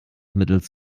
mittels